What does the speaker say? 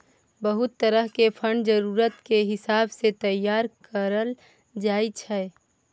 बहुत तरह के फंड जरूरत के हिसाब सँ तैयार करल जाइ छै